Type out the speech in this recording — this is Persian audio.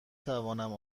توانم